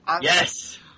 Yes